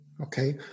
Okay